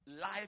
life